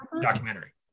documentary